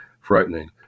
frightening